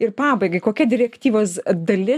ir pabaigai kokia direktyvos dalis